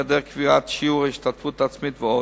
היעדר קביעת שיעור השתתפות עצמית ועוד.